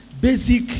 basic